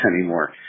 anymore